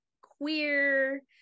queer